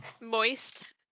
Moist